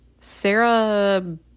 Sarah